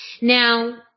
Now